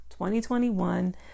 2021